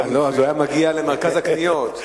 אז הוא היה מגיע למרכז הקניות,